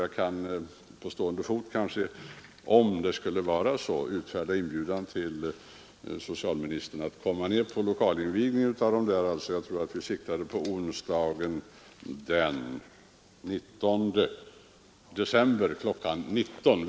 Jag kanske på stående fot nu får framföra en inbjudan till socialministern att komma ner till invigningen av de nya lokalerna. Denna är planerad till onsdagen den 19 december kl. 19.00.